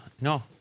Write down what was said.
No